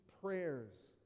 prayers